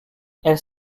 elles